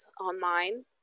online